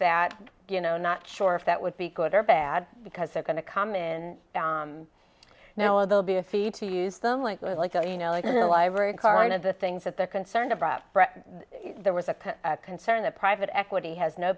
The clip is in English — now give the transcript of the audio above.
that you know not sure if that would be good or bad because they're going to come in you know they'll be a fee to use them like it was like oh you know like the library card of the things that they're concerned abroad there was a concern that private equity has no